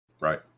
Right